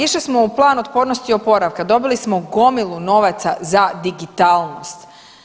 Išli smo u Plan otpornosti i oporavka, dobili smo gomilu novaca za digitalnost.